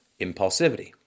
impulsivity